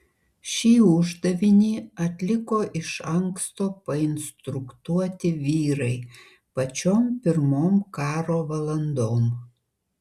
šį uždavinį atliko iš anksto painstruktuoti vyrai pačiom pirmom karo valandom